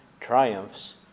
triumphs